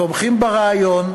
תומכים ברעיון,